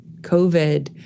COVID